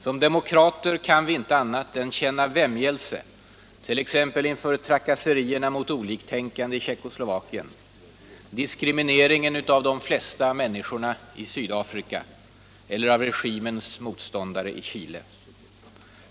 Som demokrater kan vi inte annat än känna vämjelse t.ex. inför trakasserierna mot oliktänkande i Tjeckoslovakien, diskrimineringen av de flesta människorna i Sydafrika eller av regimens motståndare i Chile.